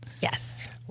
Yes